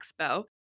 Expo